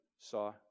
saw